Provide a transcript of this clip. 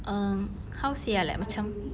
um how to say ah like macam